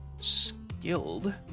skilled